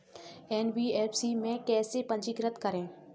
NBFC में कैसे पंजीकृत करें?